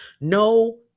no